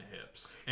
hips